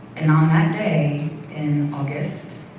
and on that day in august,